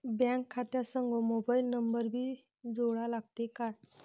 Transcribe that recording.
Bank खात्या संग mobile number भी जोडा लागते काय?